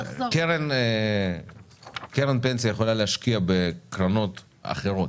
קרן פנסיה יכולה להשקיע בקרנות אחרות.